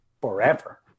forever